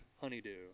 honeydew